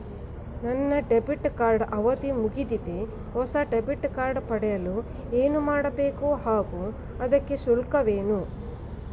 ನನ್ನ debit card ಅವಧಿ ಮುಗಿದಿದೆ ಹೊಸ ಡೆಬಿಟ್ ಕಾರ್ಡ್ ಪಡೆಯಲು ಏನು ಮಾಡಬೇಕು ಹಾಗೂ ಇದಕ್ಕೆ ಶುಲ್ಕವೇನು?